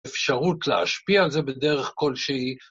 אפשרות להשפיע על זה בדרך כלשהי.